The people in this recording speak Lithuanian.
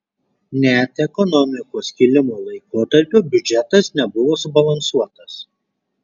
net ekonomikos kilimo laikotarpiu biudžetas nebuvo subalansuotas